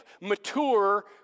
mature